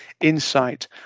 insight